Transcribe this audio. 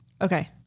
Okay